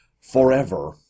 forever